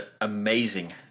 amazing